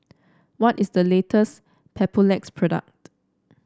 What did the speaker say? what is the latest Papulex product